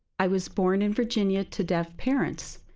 i was born in virginia to deaf parents.